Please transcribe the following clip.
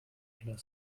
lassen